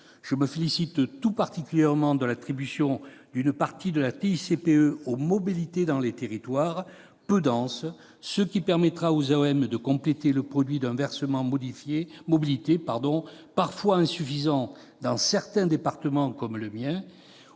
Je me félicite tout particulièrement de l'attribution d'une partie de la TICPE aux mobilités dans les territoires peu denses. Cette solution permettra aux AOM de compléter le produit d'un versement mobilité insuffisant dans certains départements, comme le mien,